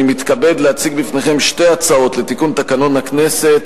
אני מתכבד להציג בפניכם שתי הצעות לתיקון תקנון הכנסת